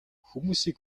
хүмүүсийг